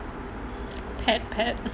pet pet